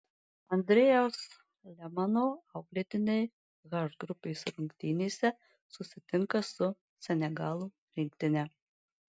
andrejaus lemano auklėtiniai h grupės rungtynėse susitinka su senegalo rinktine